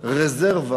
רזרבה